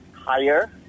Higher